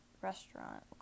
restaurant